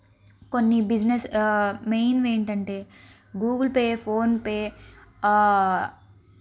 కొన్ని business main ఏంటంటే Google pay phone pay